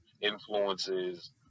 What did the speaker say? influences